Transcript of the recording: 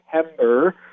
September